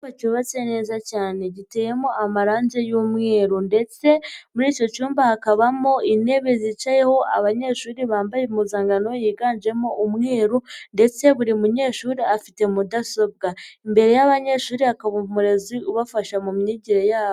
Icyumba cyubatse neza cyane, giteyemo amarange y'umweru ndetse muri icyo cyumba hakabamo intebe zicayeho abanyeshuri bambaye impuzankano yiganjemo umweru ndetse buri munyeshuri afite mudasobwa, imbere y'abanyeshuri hakaba umurezi ubafasha mu myigire yabo.